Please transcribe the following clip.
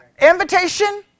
Invitation